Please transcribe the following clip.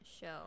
show